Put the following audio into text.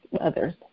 others